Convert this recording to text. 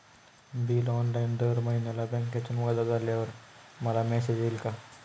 Bill online दर महिन्याला बँकेतून वजा झाल्यावर मला मेसेज येईल का?